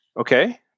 Okay